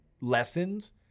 lessons